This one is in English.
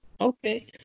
Okay